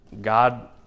God